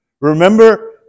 Remember